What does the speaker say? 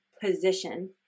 position